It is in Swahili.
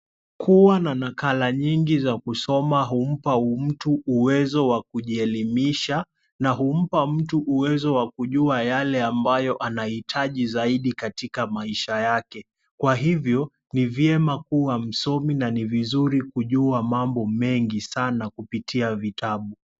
Kuwa na nakala nyingi za kusoma humpa mtu uwezo wa kujielimisha na humpa mtu uwezo wa kujua yale ambayo anahitaji zaidi katika maisha yake. Kwa hivyo, ni vyema kuwa msomi na ni vizuri kujua mambo mengi sana kupitia vitabu.